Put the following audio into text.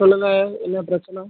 சொல்லுங்கள் என்ன பிரச்சனை